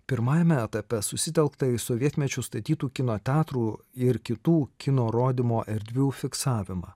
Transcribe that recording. pirmajame etape susitelkta į sovietmečiu statytų kino teatrų ir kitų kino rodymo erdvių fiksavimą